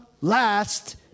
last